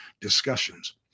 discussions